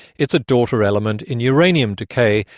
it's a daughter element in uranium decay,